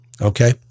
Okay